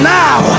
now